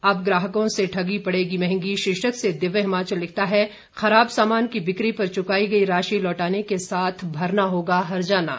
अब ग्राहकों से ठगी पड़ेगी महंगी शीर्षक से दिव्य हिमाचल लिखता है खराब सामान की बिकी पर चुकाई गई राशि लौटाने के साथ भरना होगा हर्जाना